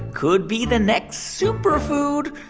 could be the next superfood,